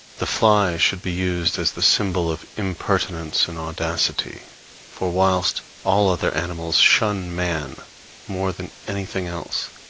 the fly should be used as the symbol of impertinence and audacity for whilst all other animals shun man more than anything else,